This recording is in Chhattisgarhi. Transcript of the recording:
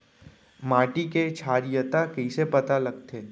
माटी के क्षारीयता कइसे पता लगथे?